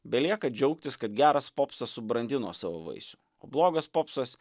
belieka džiaugtis kad geras popsas subrandino savo vaisių o blogas popsas